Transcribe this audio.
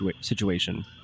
situation